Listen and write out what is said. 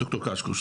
ד"ר קשקוש.